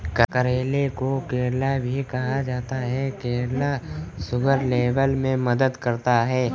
करेले को करेला भी कहा जाता है करेला शुगर लेवल में मदद करता है